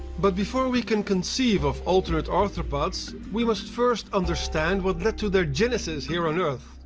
but before we can conceive of alternate arthropods we must first understand what led to their genesis here on earth.